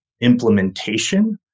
implementation